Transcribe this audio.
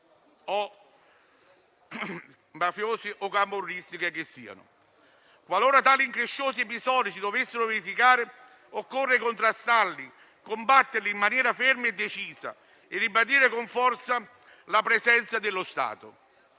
mafiose o camorristiche che siano. Qualora tali incresciosi episodi si dovessero verificare, occorre contrastarli, combatterli in maniera ferma e decisa e ribadire con forza la presenza dello Stato.